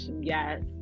yes